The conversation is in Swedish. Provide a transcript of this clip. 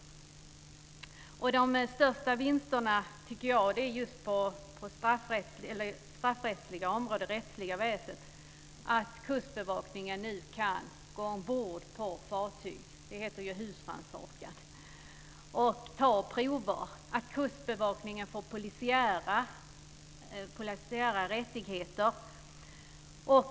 De största vinsterna tycker jag finns just på det straffrättsliga området och när det gäller rättsväsendet. Kustbevakningen kan nu gå ombord på fartyg - det heter husrannsakan - och ta prover. Kustbevakningen får alltså polisiära rättigheter.